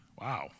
Wow